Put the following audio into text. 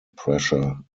pressure